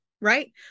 right